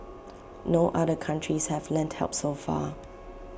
no other countries have lent help so far